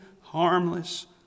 harmless